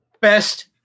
Best